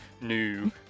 new